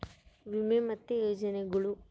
ವಿಮೆ ಮತ್ತೆ ಯೋಜನೆಗುಳು